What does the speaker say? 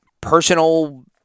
personal